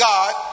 God